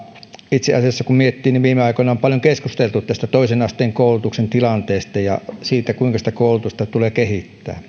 itse asiassa kun miettii niin viime aikoina on paljon keskusteltu tästä toisen asteen koulutuksen tilanteesta ja siitä kuinka sitä koulutusta tulee kehittää ei